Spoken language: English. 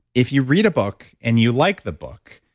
if you read a book and you like the book,